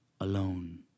alone